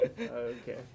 Okay